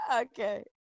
Okay